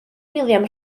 william